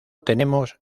tenemos